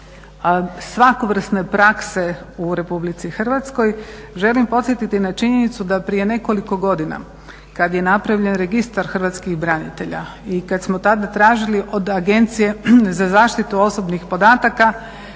svakovrsne prakse u Republici Hrvatskoj, želim podsjetiti na činjenicu da prije nekoliko godina kada je napravljen Registar hrvatskih branitelja i kada smo tada tražili od Agencije za zaštitu osobnih podataka